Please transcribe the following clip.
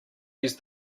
used